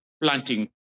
planting